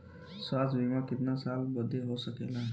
स्वास्थ्य बीमा कितना साल बदे हो सकेला?